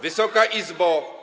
Wysoka Izbo!